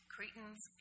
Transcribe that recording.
Cretans